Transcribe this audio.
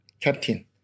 captain